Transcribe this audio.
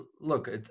look